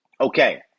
Okay